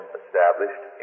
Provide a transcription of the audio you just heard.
established